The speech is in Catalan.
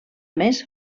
més